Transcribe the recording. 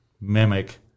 mimic